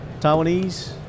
Taiwanese